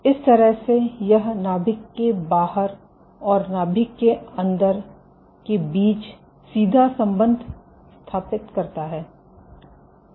इस तरह से यह नाभिक के बाहर और नाभिक के अंदर के बीच सीधा संबंध स्थापित करता है